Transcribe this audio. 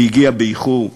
והגיעה באיחור.